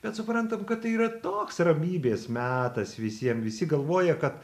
bet suprantam kad tai yra toks ramybės metas visiem visi galvoja kad